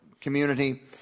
community